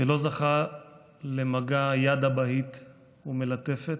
שלא זכה למגע יד אבהית ומלטפת,